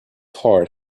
heart